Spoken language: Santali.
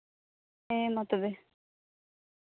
ᱦᱮᱸ ᱢᱟ ᱛᱚᱵᱮ